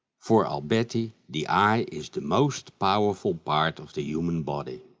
for alberti the eye is the most powerful part of the human body.